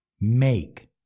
Make